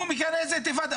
הוא מכנה את זה אינתיפאדה.